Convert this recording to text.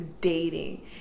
dating